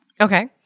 Okay